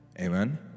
amen